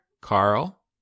Carl